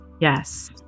yes